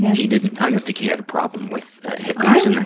he didn't. i don't think he had a problem with hippies and.